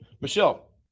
Michelle